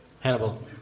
Hannibal